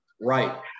right